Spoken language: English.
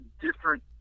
different